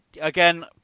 Again